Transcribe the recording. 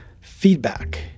feedback